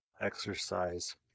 exercise